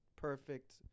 perfect